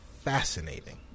fascinating